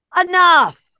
enough